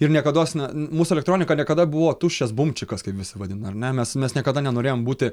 ir niekados ne mūsų elektronika niekada buvo tuščias bumčikas kaip visi vadina ar ne mes mes niekada nenorėjom būti